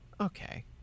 Okay